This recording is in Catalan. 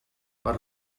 per